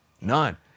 None